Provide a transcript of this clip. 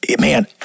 man